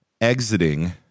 exiting